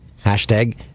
Hashtag